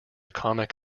comic